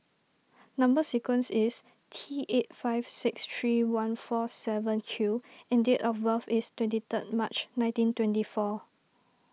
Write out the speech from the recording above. Number Sequence is T eight five six three one four seven Q and date of birth is twenty third March nineteen twenty four